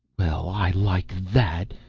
well, i like that!